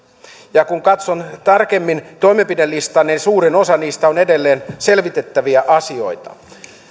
ja kun katson tarkemmin toimenpidelistaa niin suurin osa niistä on edelleen selvitettäviä asioita